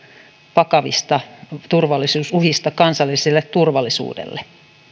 vakavista turvallisuusuhista kansalliselle turvallisuudelle